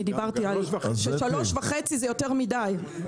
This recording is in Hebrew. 3.5 זה יותר מדי.